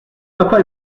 papa